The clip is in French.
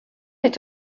est